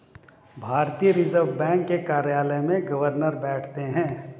भारतीय reserve bank के कार्यालय में गवर्नर बैठते हैं